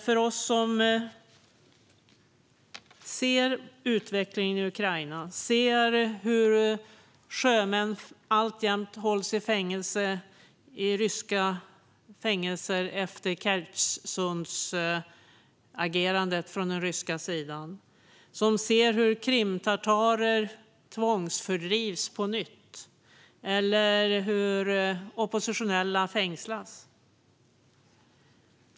Vi ser utvecklingen i Ukraina och hur sjömän alltjämt hålls i ryska fängelser efter Kertjsundsagerandet från den ryska sidan. Vi ser hur krimtatarer tvångsfördrivs på nytt eller hur oppositionella fängslas.